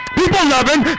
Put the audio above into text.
people-loving